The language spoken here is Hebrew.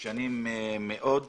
ישנים מאוד.